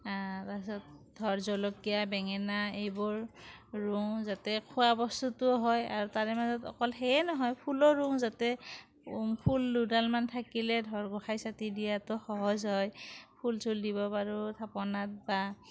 তাৰপাছত ধৰ জলকীয়া বেঙেনা এইবোৰ ৰুওঁ যাতে খোৱা বস্তুটো হয় আৰু তাৰে মাজত অকল সেয়ে নহয় ফুলো ৰুওঁ যাতে ফুল দুডালমান থাকিলে ধৰ গোসাঁই চাকি দিয়াতো সহজ হয় ফুল চুল দিব পাৰোঁ থাপনাত বা